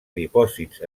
dipòsits